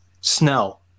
Snell